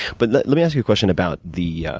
but, let let me ask you a question about the, yeah